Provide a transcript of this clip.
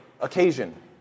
occasion